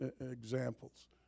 examples